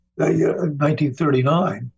1939